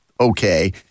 okay